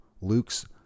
Luke's